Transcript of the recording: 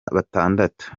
batandatu